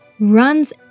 runs